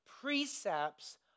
precepts